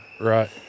right